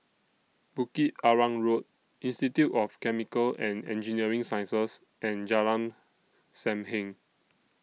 Bukit Arang Road Institute of Chemical and Engineering Sciences and Jalan SAM Heng